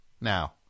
Now